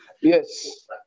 yes